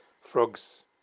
frogs